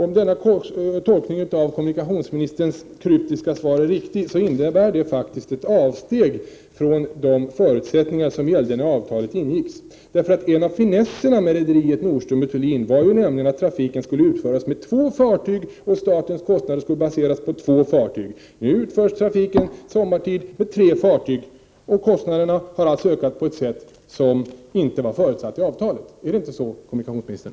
Om denna tolkning av kommunikationsministerns kryptiska svar är riktig, innebär det faktiskt ett avsteg från de förutsättningar som gällde när avtalet ingicks. En av finesserna med att anlita rederiet Nordström & Thulin var ju nämligen att trafiken skulle utföras med två fartyg, och att statens kostnader skulle baseras på två fartyg. Nu utförs trafiken sommartid med tre fartyg. Kostnaderna har således ökat på ett sätt som inte var förutsett i avtalet. Är det inte så, kommunikationsministern?